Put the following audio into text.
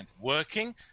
working